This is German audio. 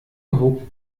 hob